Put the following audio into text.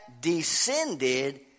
descended